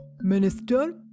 Minister